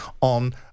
on